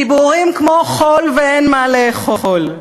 דיבורים כמו חול ואין מה לאכול.